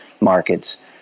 markets